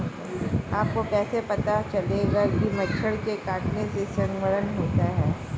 आपको कैसे पता चलेगा कि मच्छर के काटने से संक्रमण होता है?